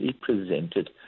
presented